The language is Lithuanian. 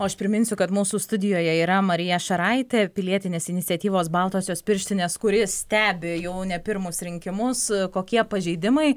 aš priminsiu kad mūsų studijoje yra marija šaraitė pilietinės iniciatyvos baltosios pirštinės kuri stebi jau ne pirmus rinkimus kokie pažeidimai